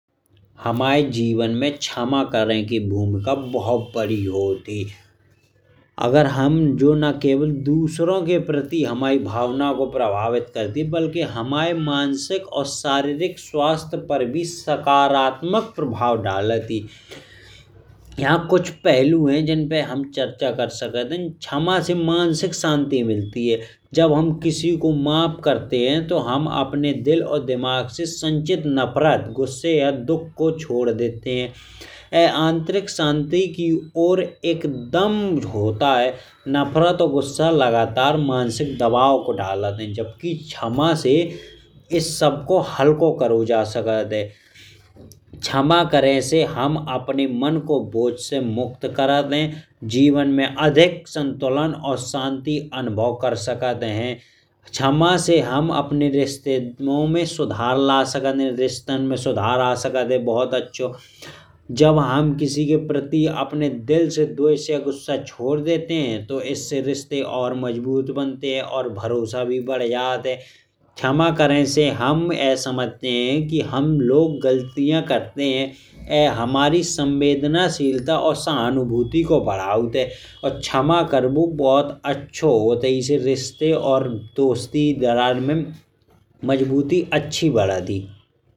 हमाए जीवन में क्षमा करें की भूमिका बहुत बड़ी होत। ही अगर हम जुना केवल दूसरों के प्रति हमारी भावनाओं को प्रभावित करती है। बल्कि हमारे मानसिक और शारीरिक स्वास्थ्य पर भी सकारात्मक प्रभाव डालत है। यह कुछ पहलू हैं जिनमें हम चर्चा कर सकते हैं क्षमा से मानसिक शांति मिलती है। जब हम किसी को माफ करते हैं तो। हम अपने दिल और दिमाग से संचित नफरत गुस्सा या दुख को छोड़ देते हैं। यह आंतरिक शांति की ओर एकदम होता है। नफरत और गुस्सा लगातार मानसिक दबाव डालत है। जबकि क्षमा से इस सबको हल्का कर सकते हैं। क्षमा करें से हम अपने मन को बोझ से मुक्त करत हैं। जीवन में अधिक शांति और संतुलन अनुभव कर सकते हैं। क्षमा से हम अपने रिश्तों में सुधार ला सकते हैं रिश्तों में सुधार आ सकता है। बहुत अच्छा जब हम किसी के प्रति अपने दिल से द्वेष या गुस्सा छोड़ देते हैं। तो इससे रिश्ते और मजबूत बनते हैं और भरोसा भी बढ़ जात है। क्षमा करें से हम यह समझते हैं कि हम लोग गलतियां करते हैं। यह हमारी संवेदनशीलता और सहानुभूति को बढ़ौत है और क्षमा करबो बहुत अच्छा होत है। इससे रिश्ते और दोस्ती दराज में मजबूती अच्छी बढ़ात ही।